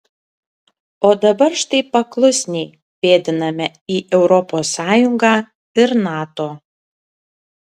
o dabar štai paklusniai pėdiname į europos sąjungą ir nato